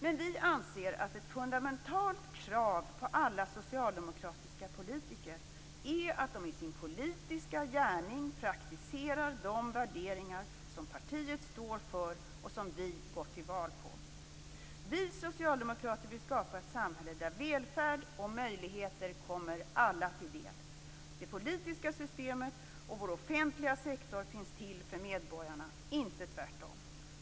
Men vi anser att ett fundamendalt krav på alla socialdemokratiska politiker är att de i sin politiska gärning praktiserar de värderingar som partiet står för och som vi gått till val på. Vi socialdemokrater vill skapa ett samhälle där välfärd och möjligheter kommer alla till del. Det politiska systemet och vår offentliga sektor finns till för medborgarna, inte tvärtom.